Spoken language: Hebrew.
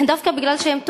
דווקא מפני שהם טובים,